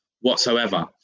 whatsoever